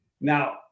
Now